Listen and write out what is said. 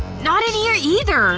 not in here, either